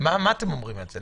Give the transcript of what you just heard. מה אתם אומרים על זה?